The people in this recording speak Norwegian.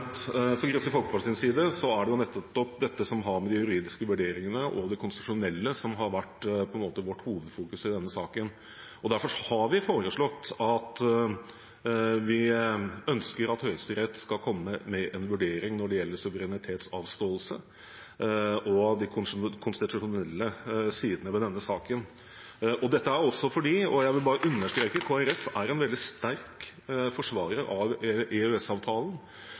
for Kristelig Folkeparti? Fra Kristelig Folkepartis side er det nettopp det som har med de juridiske vurderingene og det konstitusjonelle å gjøre, som har vært i hovedfokus i denne saken. Derfor har vi foreslått og ønsket at Høyesterett skal komme med en vurdering når det gjelder suverenitetsavståelse og de konstitusjonelle sidene ved denne saken. Det er også fordi – og jeg vil understreke at Kristelig Folkeparti er en veldig sterk forsvarer av